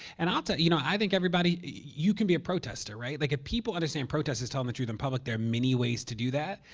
and i um tell you know, i think everybody you can be a protester right? like if people understand protesters telling the truth in public, there are many ways to do that.